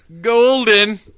Golden